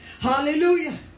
Hallelujah